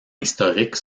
historiques